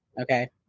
Okay